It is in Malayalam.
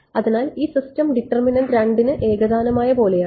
അതിനാൽ ഈ സിസ്റ്റം ഡിറ്റർമിനന്റ് 2 ന് ഏകതാനമായ പോലെയാണ്